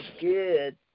good